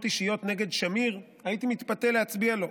אישיות נגד שמיר הייתי מתפתה להצביע לו.